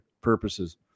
purposes